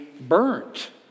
burnt